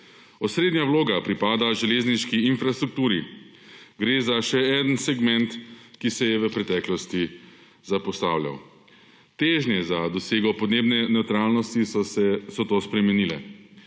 Osrednja vloga pripada železniški infrastrukturi. Gre za še en segment, ki se je v preteklosti zapostavljal. Težnje za dosego podnebne nevtralnosti so to spremenile.